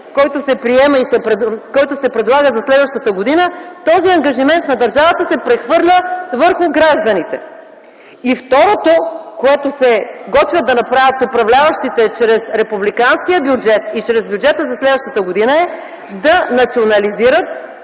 този бюджет, който се предлага, за следващата година този ангажимент на държавата се прехвърля върху гражданите. Следващото, което се готвят да направят управляващите чрез републиканския бюджет и чрез бюджета на следващата година е да национализират